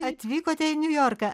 atvykote į niujorką